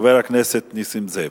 חבר הכנסת נסים זאב.